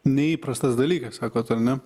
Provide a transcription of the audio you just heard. neįprastas dalykas sakot ar ne